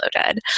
Loaded